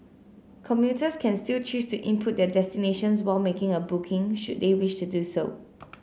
commuters can still choose to input their destinations while making a booking should they wish to do so